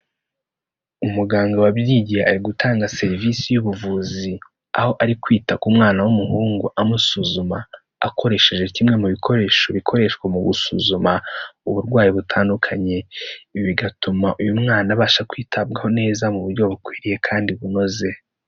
Umuganga wabyigiye ari gutanga serivisi y'ubuvuzi, aho ari kwita ku mwana w'umuhungu amusuzuma akoresheje kimwe mu bikoresho bikoreshwa mu gusuzuma uburwayi butandukanye. Bigatuma uyu mwana abasha kwitabwaho neza mu buryo bukwiriye kandi bunoze.